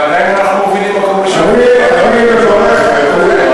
ועדיין אנחנו מובילים, מקום ראשון.